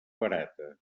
barata